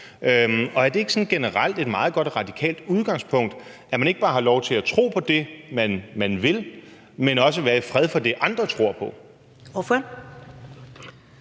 Og er det ikke sådan generelt et meget godt radikalt udgangspunkt, at man ikke bare har lov til at tro på det, man vil, men også være i fred for det, andre tror på? Kl.